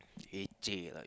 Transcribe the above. leceh like